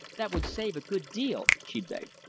that would save a good deal, she begged.